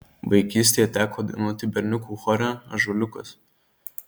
vaikystėje teko dainuoti berniukų chore ąžuoliukas